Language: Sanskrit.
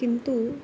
किन्तु